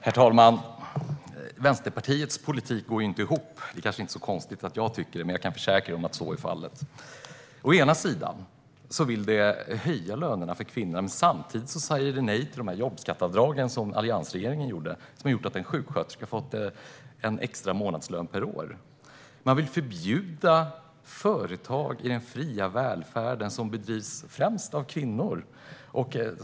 Herr talman! Vänsterpartiets politik går inte ihop. Det är kanske inte så konstigt att jag tycker det, men jag kan försäkra er om att så är fallet. Å ena sidan vill ni höja lönerna för kvinnorna, och å andra sidan säger ni nej till jobbskatteavdragen som alliansregeringen införde, som har gjort att en sjuksköterska har fått en extra månadslön per år. Ni vill förbjuda företag i den fria välfärden, som drivs främst av kvinnor.